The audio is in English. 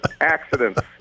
accidents